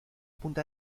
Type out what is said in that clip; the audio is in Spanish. punta